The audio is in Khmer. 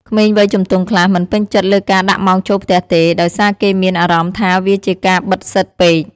ក្មេងវ័យជំទង់ខ្លះមិនពេញចិត្តលើការដាក់ម៉ោងចូលផ្ទះទេ ដោយសារគេមានអារម្មណ៍ថាវាជាការបិទសិទ្ធពេក។